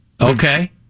Okay